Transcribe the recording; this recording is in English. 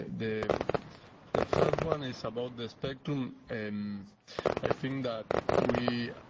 the the first one is about the spectrum. i think that we,